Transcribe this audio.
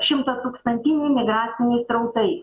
šimtatūkstantiniai migraciniai srautai